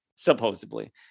supposedly